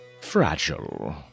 Fragile